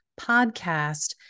podcast